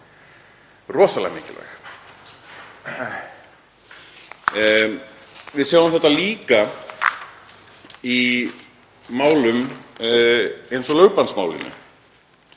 rosalega mikilvæg. Við sjáum þetta líka í málum eins og lögbannsmálinu.